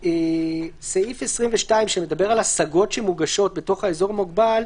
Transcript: בסעיף 22 שמדבר על השגות שמוגשות בתוך האזור המוגבל,